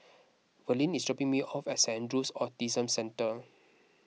Verlene is dropping me off at Saint andrew's Autism Centre